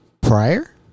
prior